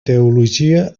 teologia